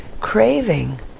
craving